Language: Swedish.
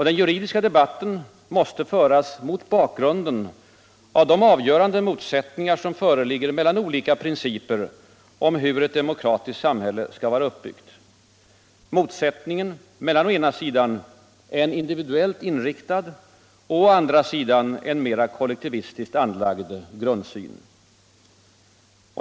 Den juridiska debatten måste föras mot bakgrunden av de avgörande motsättningar som föreligger mellan olika principer om hur ett demokratiskt samhälle skall vara uppbyggt - motsättningen mellan å ena sidan en individuellt inriktad och å andra sidan en mera kollektivistiskt anlagd grundsyn.